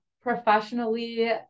professionally